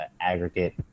aggregate